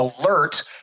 alert